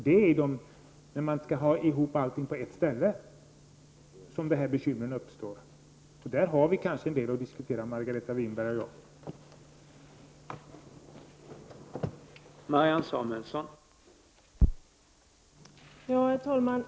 Det är ju när allt skall förläggas på ett ställe som dessa bekymmer uppstår. I detta sammanhang har kanske Margareta Winberg och jag en del att diskutera.